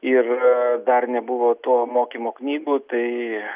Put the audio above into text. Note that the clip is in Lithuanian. ir dar nebuvo to mokymo knygų tai